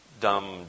dumb